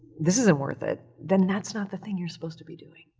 this isn't worth it, then that's not the thing you're supposed to be doing.